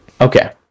Okay